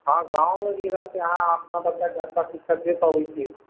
हँ गाँवमे भी रहके अहाँ अपना बच्चाके अच्छा शिक्षा दे पबैत छियै